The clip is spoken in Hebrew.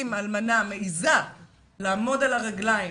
אם אלמנה מעיזה לעמוד על הרגליים,